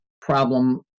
problem